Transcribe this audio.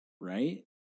right